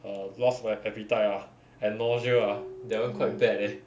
err loss of a~ appetite lah and nausea lah that [one] quite bad leh